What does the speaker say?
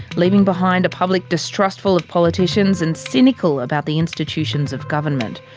leaving behind a public distrustful of politicians and cynical about the institutions of government,